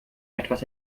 etwas